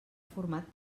format